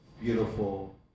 beautiful